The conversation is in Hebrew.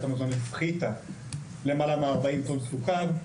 המזון הפחיתה למעלה מ-40 טון סוכר,